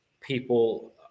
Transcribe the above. people